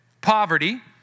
poverty